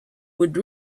would